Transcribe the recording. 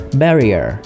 barrier